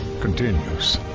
continues